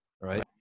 right